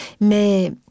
Mais